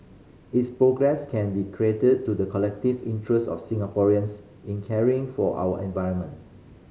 its progress can be credited to the collective interest of Singaporeans in caring for our environment